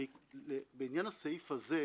בעניין הסעיף הזה,